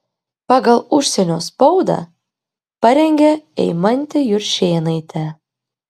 pagal užsienio spaudą parengė eimantė juršėnaitė